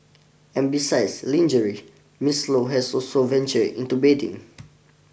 and besides lingerie Miss Low has also venture into bedding